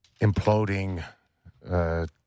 imploding